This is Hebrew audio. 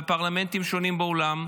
בפרלמנטים שונים בעולם.